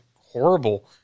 horrible